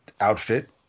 outfit